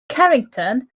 carrington